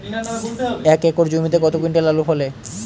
এক একর জমিতে কত কুইন্টাল আলু ফলে?